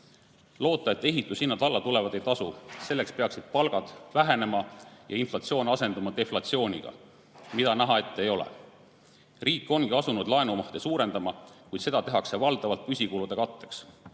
Loota, et ehitushinnad alla tulevad, ei tasu. Selleks peaksid palgad vähenema ja inflatsioon asenduma deflatsiooniga, mida ette näha ei ole. Riik ongi asunud laenumahte suurendama, kuid seda tehakse valdavalt püsikulude katteks.